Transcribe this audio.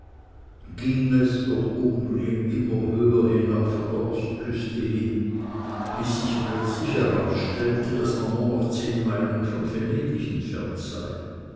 ging es durch umbrien immer höher hinauf an der ostküste hin bis sich plötzlich herausstellte daß man nur noch zehn meilen von venedig entfernt sei